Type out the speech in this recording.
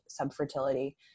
subfertility